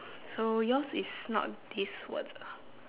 so yours is not these words ah